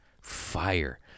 fire